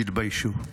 תתביישו.